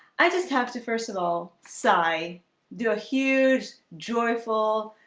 i just have to first of all sigh do a huge joyful,